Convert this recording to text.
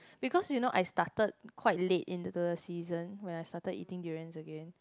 because you know I started quite late into the season when I started eating durians again